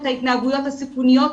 את ההתנהגויות הסיכוניות,